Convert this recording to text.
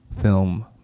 film